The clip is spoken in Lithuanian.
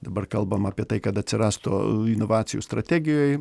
dabar kalbam apie tai kad atsirastų inovacijų strategijoj